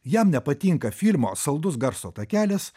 jam nepatinka filmo saldus garso takelis